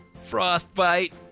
Frostbite